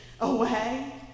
away